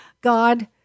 God